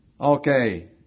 Okay